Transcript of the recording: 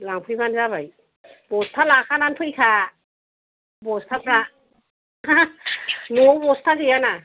लांफैबानो जाबाय बस्था लाखानानै फैखा बस्थाफ्रा न'आव बस्था गैया ना